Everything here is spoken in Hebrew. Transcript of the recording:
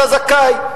אתה זכאי.